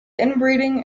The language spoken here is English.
inbreeding